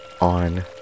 on